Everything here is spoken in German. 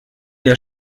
der